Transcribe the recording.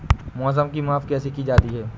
मौसम की माप कैसे की जाती है?